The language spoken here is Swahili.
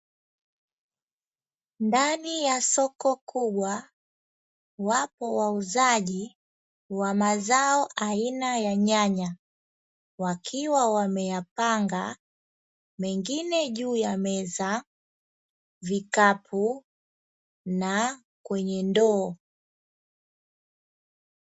Ndani ya soko kubwa wapo wauzaji wa mazao aina ya nyanya wakiwa wameyapanga mengine juu ya meza, vikapu na kwenye ndoo.